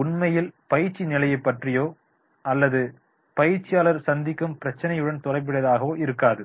உண்மையில் பயிற்சிநிலையை பற்றியோ அல்லது பயிற்சியாளர் சந்திக்கும் பிரச்சினையுடன் தொடர்புடையதாகவோ இருக்காது